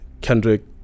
Kendrick